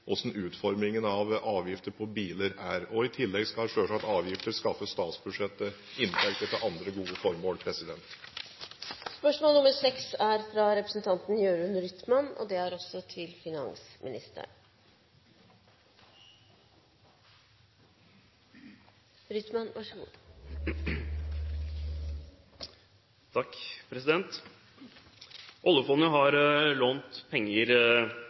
gjelder utformingen av avgifter på biler. I tillegg skal selvsagt avgifter skaffe statsbudsjettet inntekter til andre gode formål. «Oljefondet har lånt penger